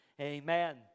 Amen